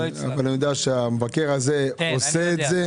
אבל אני יודע שהמבקר הזה עושה את זה.